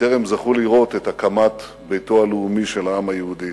בטרם זכו לראות את הקמת ביתו הלאומי של העם היהודי.